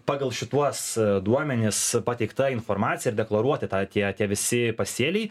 pagal šituos duomenis pateikta informacija ir deklaruoti tą tie tie visi pasėliai